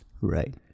Right